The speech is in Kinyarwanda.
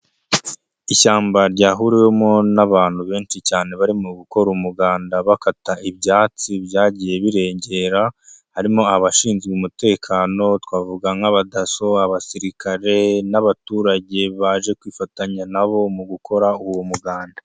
Ishyamba ryahuriwemo n'abantu benshi cyane bari mu gukora umuganda bakata ibyatsi byagiye birengera, harimo abashinzwe umutekano, twavuga nk'abadaso, abasirikare, n'abaturage baje kwifatanya nabo mu gukora uwo muganda.